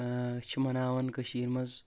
ٲۭ أسۍ چھِ مناوان کٔشیٖر منٛز